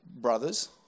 brothers